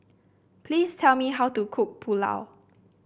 please tell me how to cook Pulao